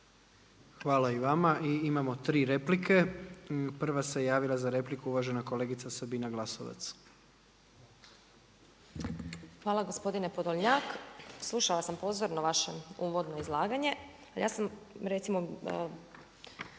Hvala i vama. I imamo 3 replike. Prva se javila za repliku uvažena kolegica Sabina Glasovac. **Glasovac, Sabina (SDP)** Hvala. Gospodine Podolnjak, slušala sam pozorno vaše uvodno izlaganje ali ja sam recimo